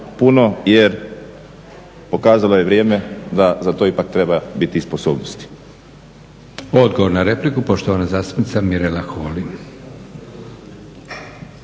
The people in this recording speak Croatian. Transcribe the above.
puno, jer pokazalo je vrijeme da za to ipak treba biti i sposobnosti. **Leko, Josip (SDP)** Odgovor na repliku, poštovana zastupnica Mirela Holy.